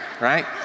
Right